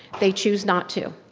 they choose not to.